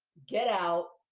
get out,